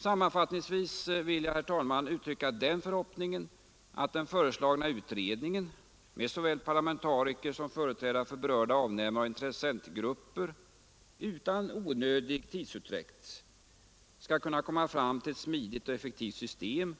Sammanfattningsvis vill jag, herr talman, uttrycka den förhoppningen att den föreslagna utredningen — med såväl parlamentariker som företrädare för berörda avnämaroch intressentgrupper — utan onödig tidsutdräkt skall kunna komma fram till ett smidigt och effektivt system